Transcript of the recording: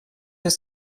ist